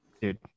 dude